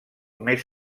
més